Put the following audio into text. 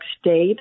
State